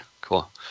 cool